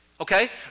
okay